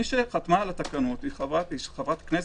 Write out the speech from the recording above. מי שחתמה על התקנות היא חברת כנסת,